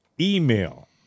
email